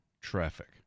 traffic